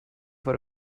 for